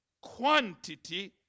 Quantity